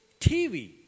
TV